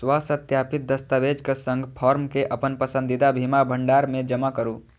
स्वसत्यापित दस्तावेजक संग फॉर्म कें अपन पसंदीदा बीमा भंडार मे जमा करू